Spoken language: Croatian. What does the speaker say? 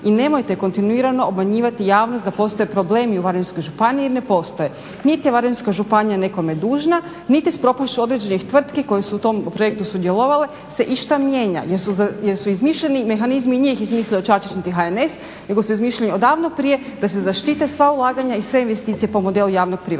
i nemojte kontinuirano obmanjivati javnost da postoje problemi u Varaždinskoj županiji jel ne postoje. Niti je županija Varaždinska nekome dužna niti s propašću određenih tvrtki koje su u tom projektu sudjelovale se išta mijenja jer su izmišljeni mehanizmi. Nije ih izmislio Čačić niti HNS nego su izmišljeni odavno prije da se zaštite sva ulaganja i sve investicije po modelu javno privatnog